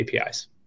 apis